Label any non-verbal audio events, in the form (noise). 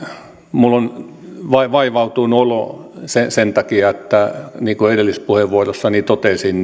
minulla on vaivautunut olo sen sen takia niin kuin edellisessä puheenvuorossani totesin (unintelligible)